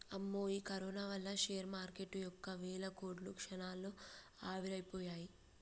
అమ్మో ఈ కరోనా వల్ల షేర్ మార్కెటు యొక్క వేల కోట్లు క్షణాల్లో ఆవిరైపోయాయి